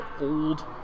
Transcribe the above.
old